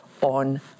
on